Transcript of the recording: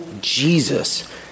Jesus